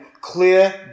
clear